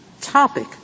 topic